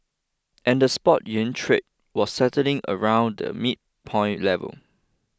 and the spot yuan trade was settling around the midpoint level